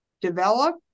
develop